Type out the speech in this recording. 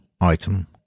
item